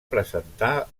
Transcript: presentar